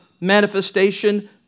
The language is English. manifestation